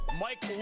mike